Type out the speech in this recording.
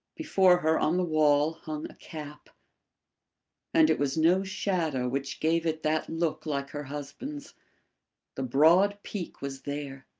before her on the wall hung a cap and it was no shadow which gave it that look like her husband's the broad peak was there.